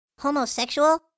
homosexual